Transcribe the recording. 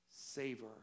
Savor